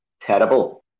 terrible